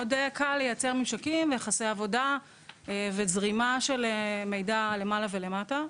מאוד קל לייצר ממשקים ויחסי עבודה וזרימה של מידע למעלה ולמטה.